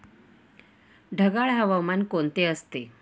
ढगाळ हवामान कोणते असते?